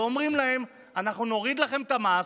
ואומרים להם: אנחנו נוריד לכם את המס,